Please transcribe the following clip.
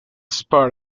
spar